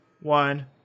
One